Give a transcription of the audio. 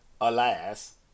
Alas